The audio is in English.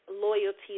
Loyalty